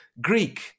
Greek